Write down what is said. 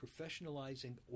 professionalizing